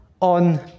on